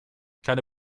keine